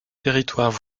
territoires